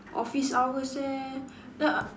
office hours eh then I